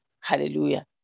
Hallelujah